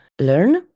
learn